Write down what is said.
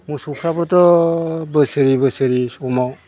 मोसौफ्राबोथ' बोसोरे बोसोरे समाव